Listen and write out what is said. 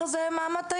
במלונות.